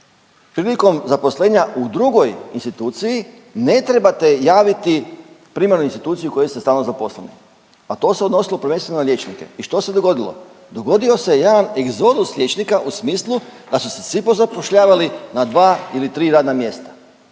prilikom zaposlenja u drugoj instituciji ne trebate javiti primanoj instituciji u kojoj ste stalno zaposleni, a to se odnosilo prvenstveno na liječnike. I što se dogodilo? Dogodio se jedan egzodus liječnika u smislu da su se svi pozapošljavali na 2 ili 3 radna mjesta.